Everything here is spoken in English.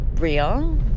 real